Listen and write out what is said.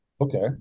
okay